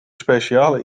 speciale